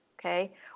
okay